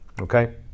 Okay